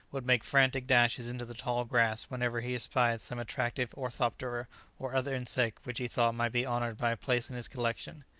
would make frantic dashes into the tall grass whenever he espied some attractive orthoptera or other insect which he thought might be honoured by a place in his collection.